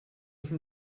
schon